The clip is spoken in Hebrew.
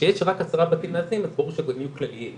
כשיש רק עשרה בתים מאזנים אז ברור שהם גם יהיו כלליים.